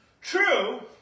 True